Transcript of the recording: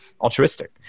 altruistic